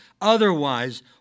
otherwise